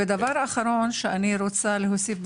דבר אחרון שאני רוצה להוסיף,